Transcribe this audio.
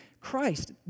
Christ